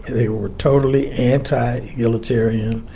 they were totally anti-egalitarian.